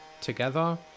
together